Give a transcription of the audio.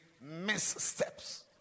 missteps